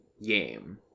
game